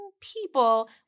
people